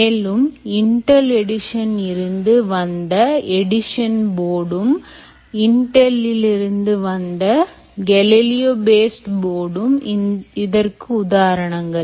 மேலும் Intel Edison இருந்து வந்த Edison board ம் Intel இருந்து வந்த Galileo based boardம் இதற்கு உதாரணங்கள்